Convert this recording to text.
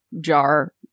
jar